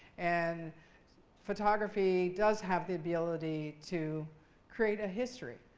and photography does have the ability to create a history.